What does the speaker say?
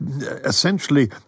essentially